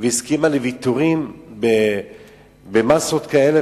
והסכימה לוויתורים במאסות כאלה,